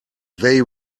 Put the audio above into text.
they